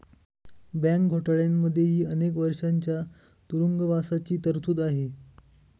bank घोटाळ्यांमध्येही अनेक वर्षांच्या तुरुंगवासाची तरतूद आहे